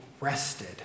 rested